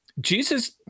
jesus